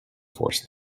force